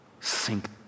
sink